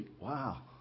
Wow